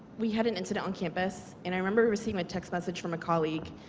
we had an incident on campus, and i remember receiving a text message from a colleague